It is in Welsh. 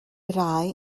rai